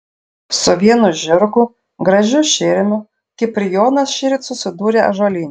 su vienu žirgu gražiu širmiu kiprijonas šįryt susidūrė ąžuolyne